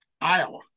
Iowa